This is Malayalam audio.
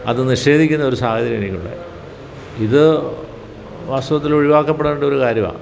അത് നിഷേധിക്കുന്നൊരു സാഹചര്യം എനിക്കുണ്ടായി ഇതു വാസ്തവത്തിൽ ഒഴിവാക്കപ്പെടേണ്ട ഒരു കാര്യമാണ്